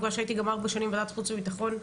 מכיוון שהייתי גם ארבע שנים בוועדת חוץ וביטחון,